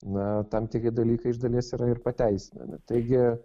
na tam tikri dalykai iš dalies yra ir pateisinami taigi